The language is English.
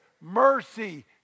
mercy